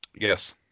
Yes